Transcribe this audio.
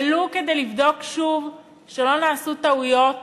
ולו כדי לבדוק שוב שלא נעשו טעויות